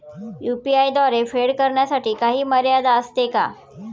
UPI द्वारे फेड करण्यासाठी काही मर्यादा असते का?